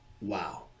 Wow